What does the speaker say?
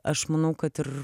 aš manau kad ir